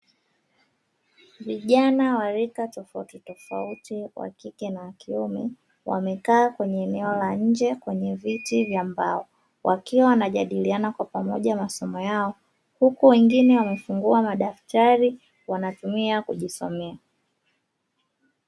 Vijana wa rika tofautitofauti wa kike na wa kiume wamekaa kwenye eneo la nje kwenye viti vya mbao , wakiwa wanajadiliana kwa pamoja masomo yao ,huku wengine wamefungua madaftari wanatumia kujisomea.